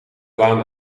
laan